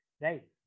right